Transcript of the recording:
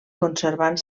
conservant